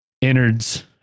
innards